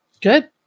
Good